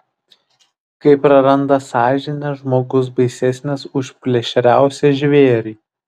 kai praranda sąžinę žmogus baisesnis už plėšriausią žvėrį